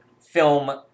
film